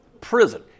Prison